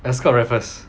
ascott raffles